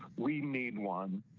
we need one.